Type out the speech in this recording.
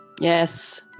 Yes